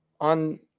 on